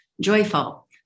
Joyful